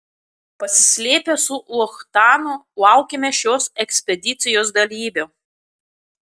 pasislėpę su luchtanu laukėme šios ekspedicijos dalyvių